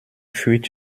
führt